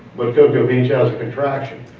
but cocoa beach has a contraction.